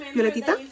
Violetita